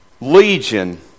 legion